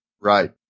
Right